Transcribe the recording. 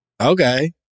Okay